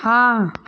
हाँ